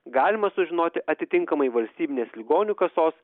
galima sužinoti atitinkamai valstybinės ligonių kasos